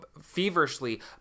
feverishly